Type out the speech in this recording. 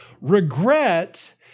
Regret